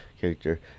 character